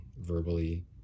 verbally